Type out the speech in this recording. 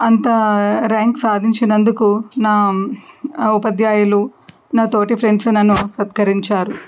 అంత ర్యాంక్ సాధించినందుకు నా ఉపాధ్యాయులు నా తోటి ఫ్రెండ్స్ నన్ను సత్కరించారు